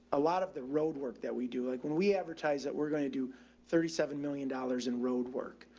a lot of the road work that we do, like when we advertise that we're going to do thirty seven million dollars in roadwork,